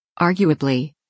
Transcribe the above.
Arguably